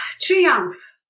triumph